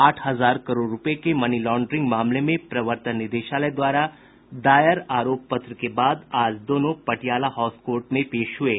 आठ हजार करोड़ रूपये के मनी लांड्रिंग मामले में प्रवर्तन निदेशालय द्वारा दायर आरोप पत्र के बाद आज दोनों पटियाला हाउस कोर्ट में पेश हये